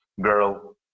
girl